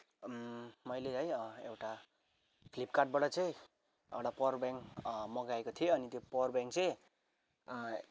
मैले है एउटा फ्लिपकार्टबाट चाहिँ एउटा पावर ब्याङ्क मगाएको थिएँ अनि त्यो पावर ब्याङ्क चाहिँ